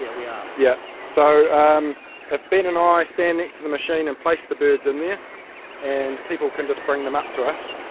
yeah we are. yeah so um if ben and i stand next to the machine and place the birds in there and people can just bring them up to us.